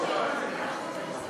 חוק יסודות התקציב (תיקון מס' 51),